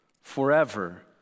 forever